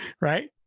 right